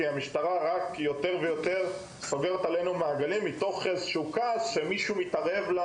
כי המשטרה סוגרת עלינו מעגלים מתוך איזה שהוא כעס שמישהו מתערב לה